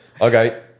Okay